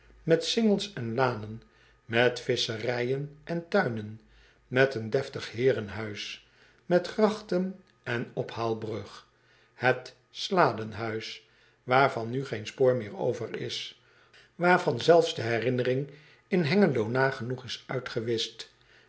met cingels en lanen met visscherijen en tuinen met een deftig heerenhuis met grachten en ophaalbrug h e t l a d e n h u i s waarvan nu geen spoor meer over is waarvan zelfs de herinnering in engelo nagenoeg is uitgewischt